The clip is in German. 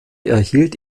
erhielt